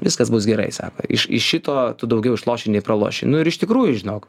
viskas bus gerai sako iš iš šito tu daugiau išloši nei praloši nu ir iš tikrųjų žinok